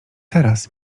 teraz